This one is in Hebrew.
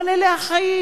אבל אלה החיים.